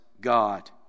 God